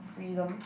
freedom